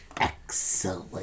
excellent